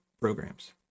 programs